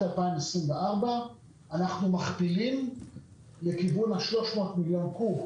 2024. אנחנו מכפילים לכיוון ה-300 מיליון קוב.